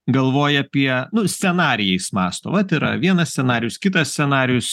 galvoja apie nu scenarijais mąsto vat yra vienas scenarijus kitas scenarijus